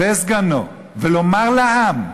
וסגנו ולומר לעם: